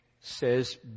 says